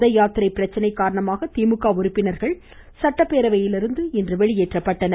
ரத யாத்திரை பிரச்சினை காரணமாக திமுக உறுப்பினர்கள் அவையிலிருந்து வெளியேற்றப்பட்டனர்